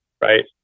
right